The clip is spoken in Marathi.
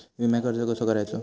विम्याक अर्ज कसो करायचो?